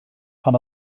pan